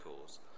cause